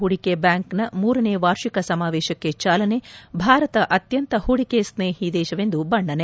ಹೂಡಿಕೆ ಬ್ಯಾಂಕ್ನ ಮೂರನೇ ವಾರ್ಷಿಕ ಸಮಾವೇಶಕ್ಕೆ ಚಾಲನೆ ಭಾರತ ಅತ್ಯಂತ ಹೂಡಿಕೆಸ್ನೇಹಿ ದೇಶವೆಂದು ಬಣ್ಣನೆ